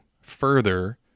further